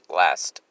last